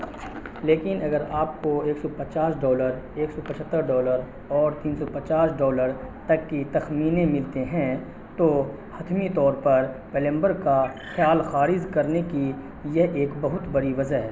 لیکن اگر آپ کو ایک سو پچاس ڈالر ایک سو پچھتر ڈالر اور تین سو پچاس ڈالر تک کی تخمینے ملتے ہیں تو حتمی طور پر پلمبر کا خیال خارج کرنے کی یہ ایک بہت بڑی وجہ ہے